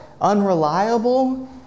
unreliable